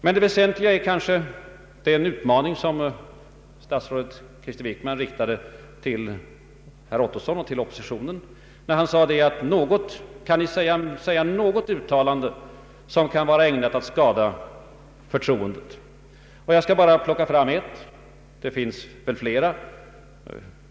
Men det mest intressanta är den utmaning som statsrådet Wickman riktade till herr Ottosson och till oppositionen som helhet när han ställde frågan: Kan ni återge något enda uttalande från min sida som kan vara ägnat att skada förtroendet? Jag skall plocka fram ett — det finns säkerligen fler.